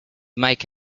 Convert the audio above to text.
make